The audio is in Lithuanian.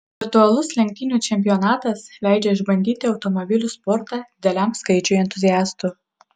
virtualus lenktynių čempionatas leidžia išbandyti automobilių sportą dideliam skaičiui entuziastų